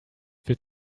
wird